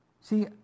See